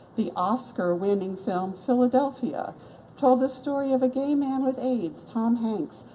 the oscar winning film philadelphia told the story of a gay man with aids, tom hanks,